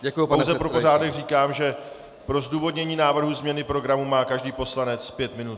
Jen pro pořádek říkám, že pro zdůvodnění návrhu změny programu má každý poslanec pět minut.